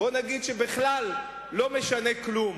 שבכלל לא משנה כלום,